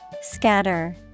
Scatter